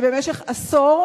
שבמשך עשור